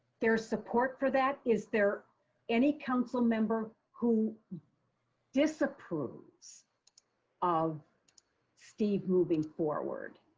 there's support for that. is there any council member who disapproves of steve moving forward.